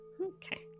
Okay